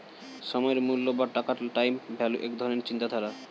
সময়ের মূল্য বা টাকার টাইম ভ্যালু এক ধরণের চিন্তাধারা